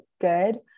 good